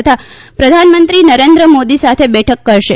તથા પ્રધાનમંત્રી નરેન્દ્ર મોદી સાથે બેઠક કરશે